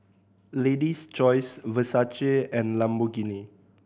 Lady's Choice Versace and Lamborghini